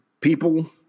people